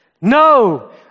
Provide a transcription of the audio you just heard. No